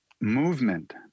movement